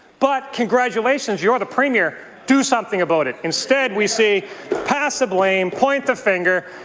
but congratulations you're the premier, do something about it. instead, we see pass the blame, point the finger,